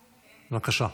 בבקשה.